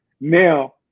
Now